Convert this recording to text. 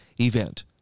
event